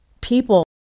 people